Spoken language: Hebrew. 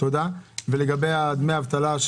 ולגבי דמי אבטלה,